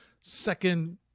second